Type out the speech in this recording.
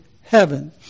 heaven